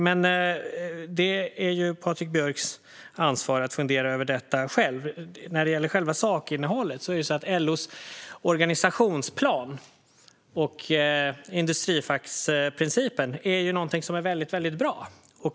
Men det är Patrik Björcks ansvar att själv fundera över detta. När det gäller själva sakinnehållet är LO:s organisationsplan och själva industrifacksprincipen någonting som är väldigt bra.